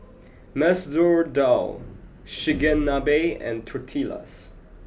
Masoor Dal Chigenabe and Tortillas